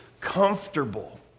comfortable